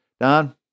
Don